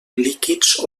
líquids